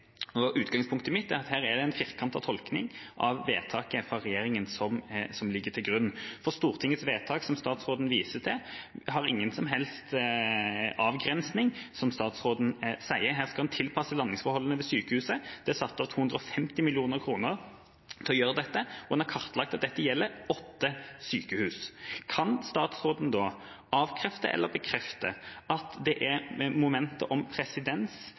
Utgangspunktet mitt er at her er det en firkantet tolkning av vedtaket fra regjeringen som ligger til grunn, for Stortingets vedtak, som statsråden viser til, har ingen som helst avgrensning, som statsråden sier. Her skal en tilpasse landingsforholdene ved sykehuset. Det er satt av 250 mill. kr til å gjøre dette, og en har kartlagt at dette gjelder åtte sykehus. Kan statsråden da avkrefte, eller bekrefte, at det er momentet om presedens